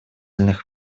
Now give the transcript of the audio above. мер